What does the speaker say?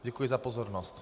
Děkuji za pozornost.